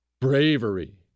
bravery